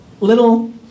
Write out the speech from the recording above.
little